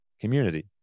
community